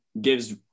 gives